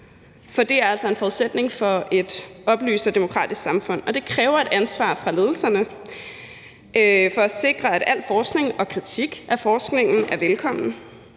for det er altså en forudsætning for et oplyst og demokratisk samfund. Det kræver et ansvar hos ledelserne for at sikre, at al forskning og kritik af forskningen er velkommen,